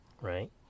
Right